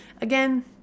Again